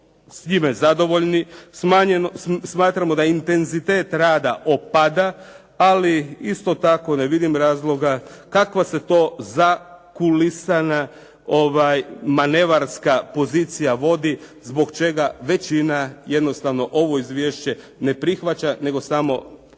s time zadovoljni. Smatramo da intenzitet rada opada, ali isto tako ne vidim razloga kakva se to zakulisana manevarska pozicija vodi, zbog čega većina jednostavno ovo izvješće ne prihvaća, nego samo